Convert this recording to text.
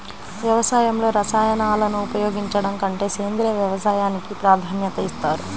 వ్యవసాయంలో రసాయనాలను ఉపయోగించడం కంటే సేంద్రియ వ్యవసాయానికి ప్రాధాన్యత ఇస్తారు